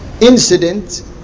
incident